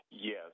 Yes